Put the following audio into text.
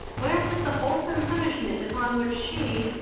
where was the wholesome punishment upon which she,